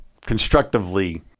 constructively